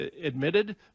admitted